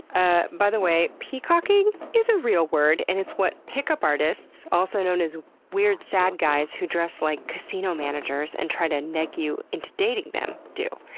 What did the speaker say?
ah by the way, peacocking is a real word and it's what pick-up artists, also known as weird, sad guys, who dress like casino managers and try to neg you into dating them, do.